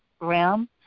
realm